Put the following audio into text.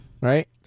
right